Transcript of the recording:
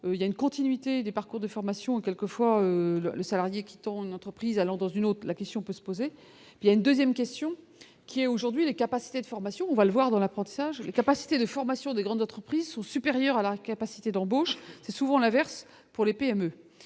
il y a une continuité des parcours de formation quelquefois le salarié qui tombe, une entreprise allant dans une autre, la question peut se poser, il y a une 2ème question qui est aujourd'hui la capacité de formation, on va le voir dans l'apprentissage, les capacités de formation des grandes entreprises sont supérieures à la capacité d'embauche, c'est souvent l'inverse pour les PME,